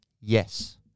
yes